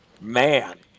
man